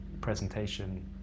presentation